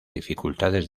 dificultades